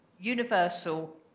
universal